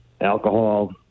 alcohol